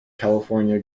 california